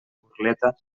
burleta